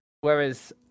Whereas